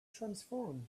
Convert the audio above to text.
transformed